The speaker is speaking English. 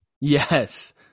Yes